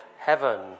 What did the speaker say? heaven